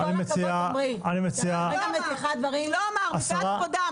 --- את מטיחה דברים -- מפאת כבודם,